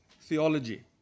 theology